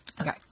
Okay